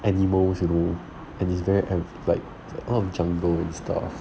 animals you know and it's very like a lot of jungles and stuff